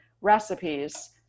recipes